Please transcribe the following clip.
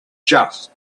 just